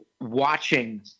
watching